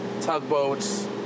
tugboats